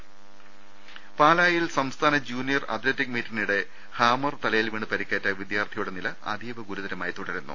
രുട്ട്ട്ട്ട്ട്ട്ട്ട പാലായിൽ സംസ്ഥാന ജൂനിയർ അത്ലറ്റിക് മീറ്റിനിടെ ഹാമർ തലയിൽ വീണ് പരിക്കേറ്റ വിദ്യാർത്ഥിയുടെ നില അതീവ ഗുരുതരമായി തുടരുന്നു